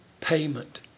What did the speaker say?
payment